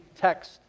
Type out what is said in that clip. text